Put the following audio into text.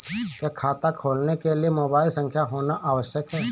क्या खाता खोलने के लिए मोबाइल संख्या होना आवश्यक है?